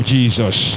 Jesus